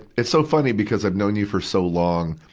it's so funny, because i've known you for so long.